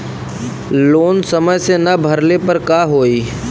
Loan समय से ना भरले पर का होयी?